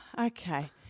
okay